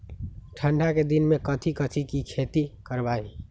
ठंडा के दिन में कथी कथी की खेती करवाई?